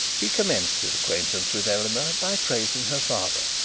he commenced his acquaintance with eleanor by praising her father.